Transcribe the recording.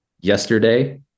yesterday